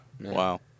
Wow